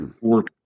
work